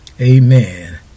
Amen